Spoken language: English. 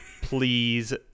Please